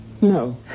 No